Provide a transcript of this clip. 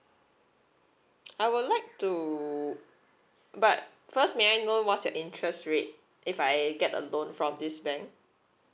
I would like to but first may I know what's your interest rate if I get a loan from this bank